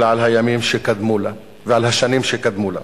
אלא על הימים והשנים שקדמו להם.